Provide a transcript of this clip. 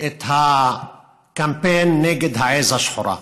את הקמפיין נגד העז השחורה.